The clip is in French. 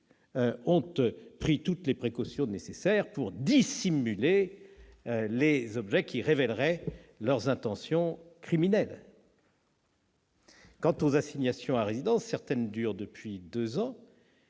ont pris toutes les précautions nécessaires pour dissimuler les objets qui révéleraient leurs intentions criminelles. Quant aux assignations à résidence, certaines durent depuis deux ans,